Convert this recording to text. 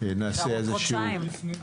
אפשר עוד חודשיים.